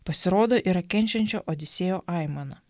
pasirodo yra kenčiančio odisėjo aimana